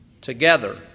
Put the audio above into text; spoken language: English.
Together